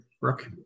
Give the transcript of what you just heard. Brooke